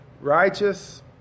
righteous